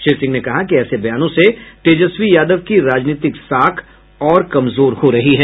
श्री सिंह ने कहा कि ऐसे बयानों से तेजस्वी यादव की राजनीतिक साख और कमजोर हो रही है